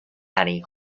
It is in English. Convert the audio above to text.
annie